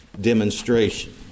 demonstration